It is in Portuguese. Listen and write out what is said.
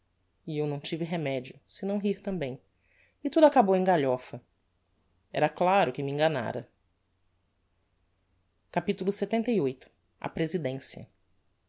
e eu não tive remedio senão rir tambem e tudo acabou em galhofa era claro que me enganára capitulo lxxviii a presidencia